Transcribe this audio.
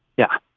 yeah,